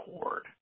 cord